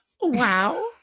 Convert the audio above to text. Wow